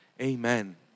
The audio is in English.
amen